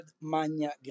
Magna